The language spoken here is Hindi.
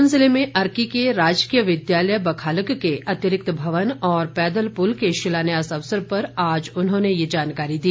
सोलन जिले में अर्की के राजकीय विद्यालय बखालग के अतिरिक्त भवन और पैदल पुल के शिलान्यास अवसर पर आज उन्होंने ये जानकारी दी